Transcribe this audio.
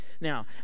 now